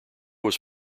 was